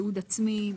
תיעוד עצמי.